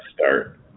start